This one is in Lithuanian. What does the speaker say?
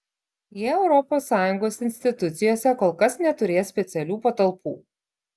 jie europos sąjungos institucijose kol kas neturės specialių patalpų